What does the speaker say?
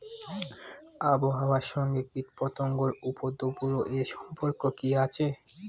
আবহাওয়ার সঙ্গে কীটপতঙ্গের উপদ্রব এর সম্পর্ক কি আছে?